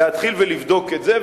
להתחיל ולבדוק את זה,